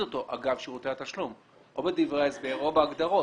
אותו אגב שירותי התשלום או בדברי ההסבר או בהגדרות,